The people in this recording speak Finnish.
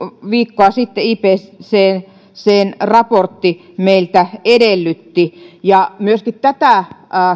viikkoa sitten ipccn raportti meiltä edellytti ja myöskin tätä